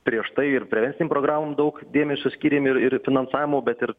prieš tai ir prevencinėm programom daug dėmesio skyrėm ir ir finansavimo bet ir